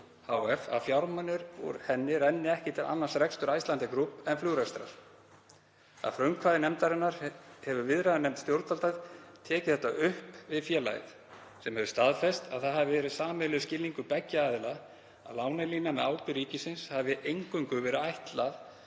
hf. að fjármunir úr henni renni ekki til annars rekstrar Icelandair Group hf. en flugrekstrar. Að frumkvæði nefndarinnar hefur viðræðunefnd stjórnvalda tekið það upp við félagið sem hefur staðfest að það hafi verið sameiginlegur skilningur beggja aðila að lánalínu með ábyrgð ríkisins hafi eingöngu verið ætlað